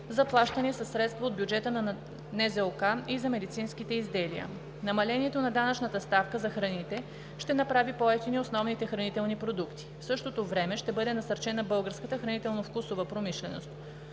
Националната здравноосигурителна каса и за медицинските изделия. Намалението на данъчната ставка за храните ще направи по-евтини основните хранителни продукти. В същото време ще бъде насърчена българската хранително-вкусова промишленост.